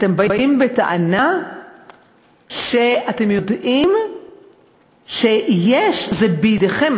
אתם באים בטענה כשאתם יודעים שיש, זה בידיכם.